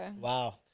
wow